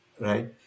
right